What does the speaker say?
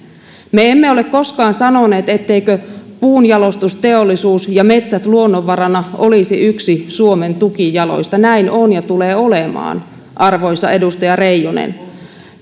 me emme ole koskaan sanoneet etteivätkö puunjalostusteollisuus ja metsät luonnonvarana olisi yksi suomen tukijaloista näin on ja tulee olemaan arvoisa edustaja reijonen